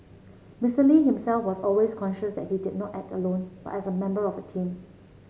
Mister Lee himself was always conscious that he did not act alone but as a member of a team